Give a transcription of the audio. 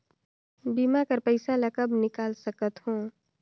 बीमा कर पइसा ला कब निकाल सकत हो?